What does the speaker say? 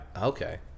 Okay